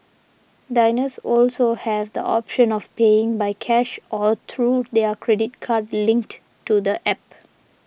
diners also have the option of paying by cash or through their credit card linked to the App